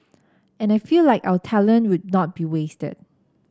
and I feel like our talent would not be wasted